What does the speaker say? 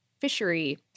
fishery